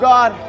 God